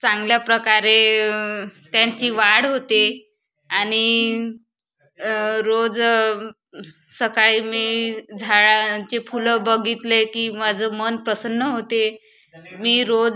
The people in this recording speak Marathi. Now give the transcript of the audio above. चांगल्या प्रकारे त्यांची वाढ होते आणि रोज सकाळी मी झाडांचे फुलं बघितले की माझं मन प्रसन्न होते मी रोज